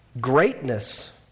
greatness